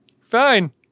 fine